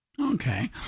Okay